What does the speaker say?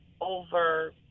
over